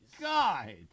God